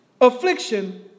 affliction